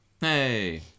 Hey